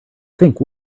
think